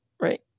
right